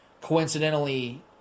coincidentally –